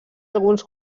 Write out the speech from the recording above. alguns